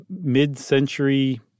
mid-century